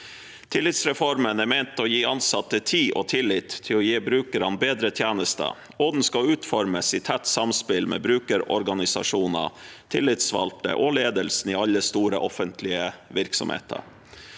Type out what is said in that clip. Tillitsreformen er ment å gi ansatte tid og tillit til å gi brukerne bedre tjenester, og den skal utformes i tett samspill med brukerorganisasjoner, tillitsvalgte og ledelsen i alle store offentlige virksomheter.